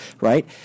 right